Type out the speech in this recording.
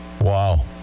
Wow